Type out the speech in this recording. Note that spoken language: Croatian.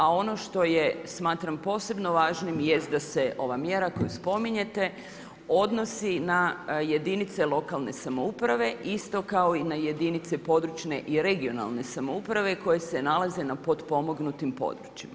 A ono što je smatram, posebno važnim, jest da se ova mjera koju spominjete, odnosi na jedinice lokalne samouprave, isto kao i na jedinice područne i regionalne samouprave, koje se nalaze nad potpomognutim područjima.